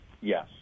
Yes